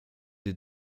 des